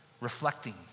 reflecting